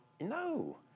No